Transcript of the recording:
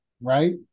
right